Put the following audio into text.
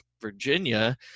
Virginia